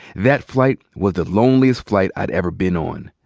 that flight was the loneliest flight i'd ever been on.